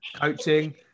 Coaching